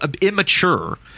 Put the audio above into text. immature